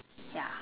ya